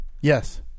yes